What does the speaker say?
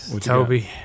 Toby